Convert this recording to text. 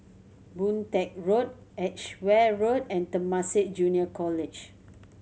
Boon Teck Road Edgeware Road and Temasek Junior College